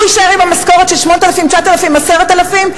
הוא יישאר עם המשכורת של 8,000, 9,000, 10,000?